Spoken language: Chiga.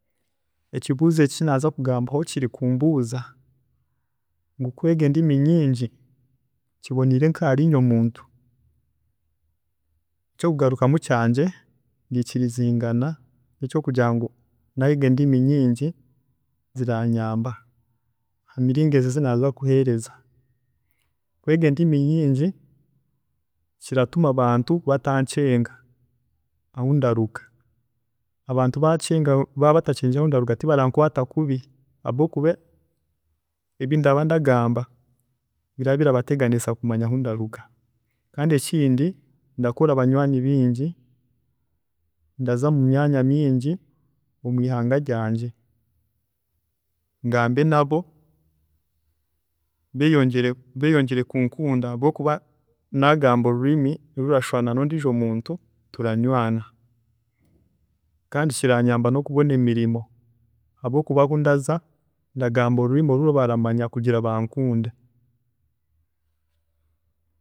﻿Ekibuuzo eki ekinaaza kugambaho kiri kumbuuza ngu kwega endimi nyingi kiboniire nka harinye omuntu? Ekyokugarukamu kyangye nikirizingana nokugira ngu nayega endimi nyingi kiranyaamba hamiringo ezi ezinaaza kuheereza. Kwega endimi nyingi kiratuma abantu batacenga ahu ndaruga, abantu baaba batacengire ahu ndaruga tibakankwaata kubi habwokuba ebi ndaba ndagamba biraba birabateganisa kumanya ahu ndaruga, kandi ekindi ndakora abanywaani bingi, ndaza mumyaanya mingi omwihanga ryangye ngambe nabo beyongyere beyongyere kunkunda habwokuba nagamba orurimi rurashwa norwondeijo muntu, turanywaana, kandi kiranyaamba nokubona emirimo habwokuba ahu ndaza ndagamba orurimi oru baramanya kugira bankunde.